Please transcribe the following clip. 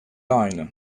aynı